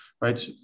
right